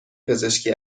پزشکی